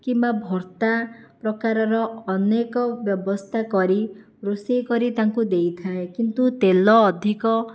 କିମ୍ବା ଭର୍ତ୍ତା ପ୍ରକାରର ଅନେକ ବ୍ୟବସ୍ଥା କରି ରୋଷେଇ କରି ତାଙ୍କୁ ଦେଇଥାଏ କିନ୍ତୁ ତେଲ ଅଧିକ